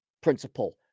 principle